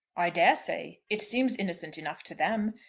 i dare say. it seems innocent enough to them.